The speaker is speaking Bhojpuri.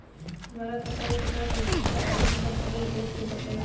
हमार खाता मे केतना पईसा आइल बा तनि देख के बतईब?